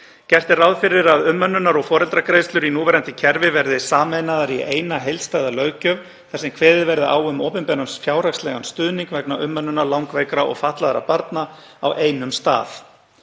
Gert er ráð fyrir að umönnunar- og foreldragreiðslur í núverandi kerfi verði sameinaðar í eina heildstæða löggjöf þar sem kveðið verði á um opinberan fjárhagslegan stuðning vegna umönnunar langveikra og fatlaðra barna á einum stað.